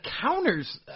counters